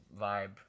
vibe